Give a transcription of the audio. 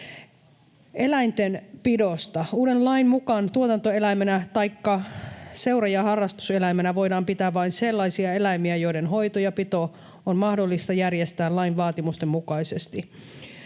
Eläinten pidosta: Uuden lain mukaan tuotantoeläimenä taikka seura- ja harrastuseläimenä voidaan pitää vain sellaisia eläimiä, joiden hoito ja pito on mahdollista järjestää lain vaatimusten mukaisesti.